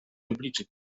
obliczyć